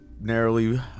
narrowly